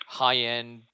high-end